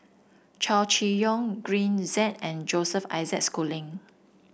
Chow Chee Yong Green Zeng and Joseph Isaac Schooling